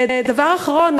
ודבר אחרון,